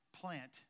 plant